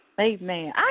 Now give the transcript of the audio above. Amen